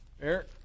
Eric